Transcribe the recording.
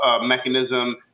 mechanism